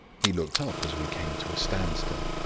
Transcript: he looked up as we came to a standstill.